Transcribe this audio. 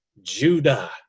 Judah